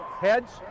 heads